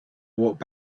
walked